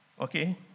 Okay